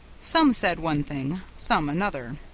some said one thing, some another.